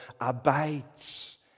abides